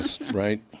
right